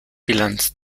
bilanz